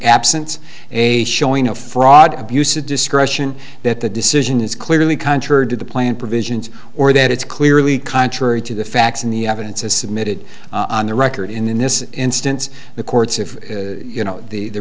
absent a showing of fraud abuse of discretion that the decision is clearly contrary to the plan provisions or that it's clearly contrary to the facts and the evidence is submitted on the record in this instance the court's if you know the